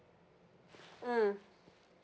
mm